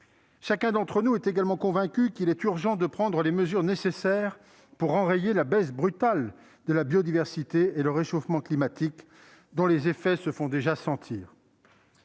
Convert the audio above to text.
Chacun d'entre nous est également convaincu qu'il est urgent de prendre les mesures nécessaires pour enrayer la baisse brutale de la biodiversité et le réchauffement climatique, dont les effets se font déjà sentir.